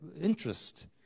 interest